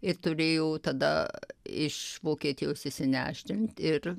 ir turėjo tada iš vokietijos išsinešdint ir